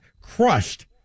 crushed